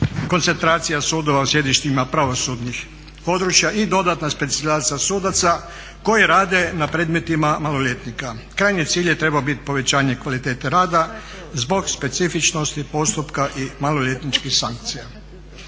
koncentracija sudova u sjedištima pravosudnih područja i dodatna specijalizacija sudaca koji rade na predmetima maloljetnika. Krajnji cilj je trebao biti povećanje kvalitete rada zbog specifičnosti postupka i maloljetničkih sankcija.